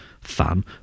fan